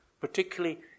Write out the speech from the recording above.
Particularly